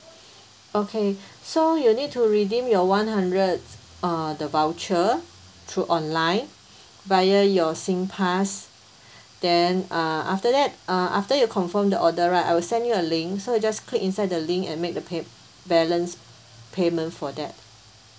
okay so you'll need to redeem your one hundred uh the voucher through online via your Singpass then uh after that uh after you confirm the order right I will send you a link so you just click inside the link and make the pay~ balanced payment for that